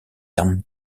damn